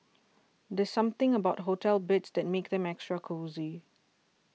there's something about hotel beds that makes them extra cosy